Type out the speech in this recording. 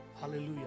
hallelujah